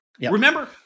Remember